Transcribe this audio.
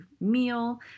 meal